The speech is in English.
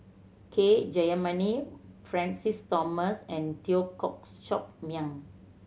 K Jayamani Francis Thomas and Teo Koh Sock Miang